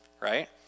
right